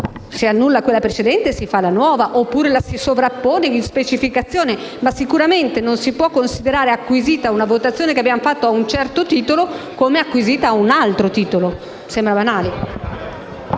si annulla la precedente e se ne fa una nuova oppure la si sovrappone in specificazione, ma sicuramente non si può considerare una votazione che abbiamo fatto a un certo titolo come acquisita a un altro titolo. Mi sembra banale.